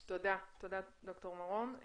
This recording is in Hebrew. תודה ד"ר מרום.